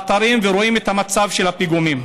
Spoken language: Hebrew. באתרים ורואים את המצב של הפיגומים,